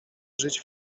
żyć